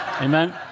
Amen